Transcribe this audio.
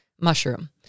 mushroom